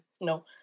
No